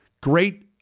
great